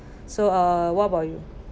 so uh what about you